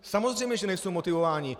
Samozřejmě že nejsou motivováni.